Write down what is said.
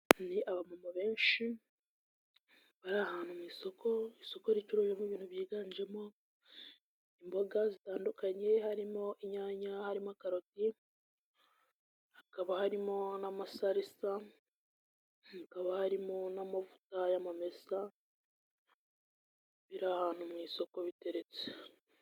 Ni abamama benshi bari ahantu mu isoko, isoko ricuruje ibintu byiganjemo imboga zitandukanye harimo: inyanya, harimo caroti, hakaba harimo n'amasarisa, hakaba harimo n'amavuta y'amamesa biri ahantu mu isoko biteretse.